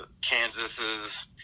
Kansases